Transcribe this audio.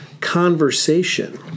Conversation